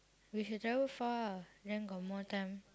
we should travel far then got more time